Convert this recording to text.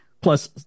Plus